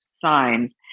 signs